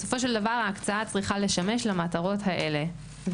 בסופו של דבר ההקצאה צריכה לשמש למטרות האלה.